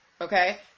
okay